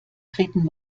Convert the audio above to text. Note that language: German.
treten